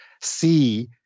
see